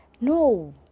No